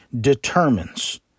determines